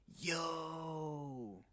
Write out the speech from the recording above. yo